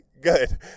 good